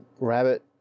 Rabbit